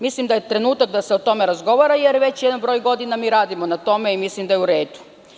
Mislim da je trenutak da se o tome razgovara, jer već jedan broj godina radimo na tome i mislim da je uredu.